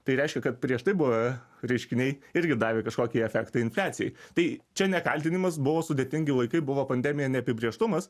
tai reiškia kad prieš tai buvę reiškiniai irgi davė kažkokį efektą infliacijai tai čia ne kaltinimas buvo sudėtingi laikai buvo pandemija neapibrėžtumas